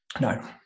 No